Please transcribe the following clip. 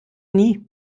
nie